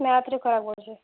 math ରେ ଖରାପ୍ କରିଛି